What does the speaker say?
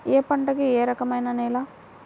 ఏ పంటకు ఏ రకమైన నేల?